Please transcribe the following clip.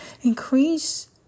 Increase